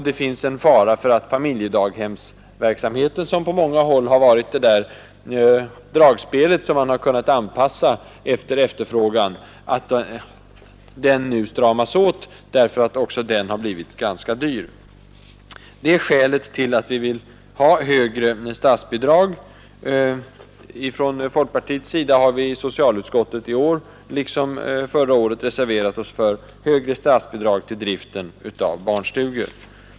Det finns risk för att familjedaghemsverksamheten, som på många håll har varit det där dragspelet som man kunnat anpassa med hänsyn till efterfrågan, nu stramas åt, därför att också den har blivit ganska dyr. Det är skälet till att vi vill ha högre statsbidrag. Folkpartiets representanter i socialutskottet har i år liksom förra året reserverat sig för högre statsbidrag till driften av barnstugor.